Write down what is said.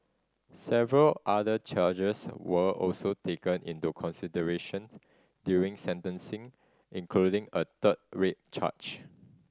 several other charges were also taken into consideration during sentencing including a third rape charge